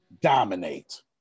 Dominate